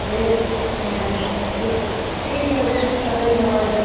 ᱵᱮᱥ ᱦᱮᱸ ᱴᱷᱤᱠ ᱴᱷᱤᱠ ᱜᱮᱭᱟ ᱦᱮᱸ ᱛᱟᱦᱚᱞᱮᱧ ᱫᱚᱦᱚᱭᱮᱫᱟ